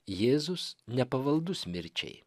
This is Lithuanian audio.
jėzus nepavaldus mirčiai